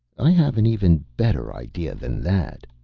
i have an even better idea than that.